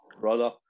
brother